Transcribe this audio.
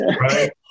right